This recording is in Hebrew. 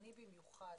קיצוני במיוחד.